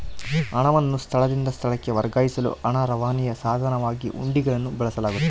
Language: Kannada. ಹಣವನ್ನು ಸ್ಥಳದಿಂದ ಸ್ಥಳಕ್ಕೆ ವರ್ಗಾಯಿಸಲು ಹಣ ರವಾನೆಯ ಸಾಧನವಾಗಿ ಹುಂಡಿಗಳನ್ನು ಬಳಸಲಾಗ್ತತೆ